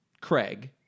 Craig